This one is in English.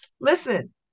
listen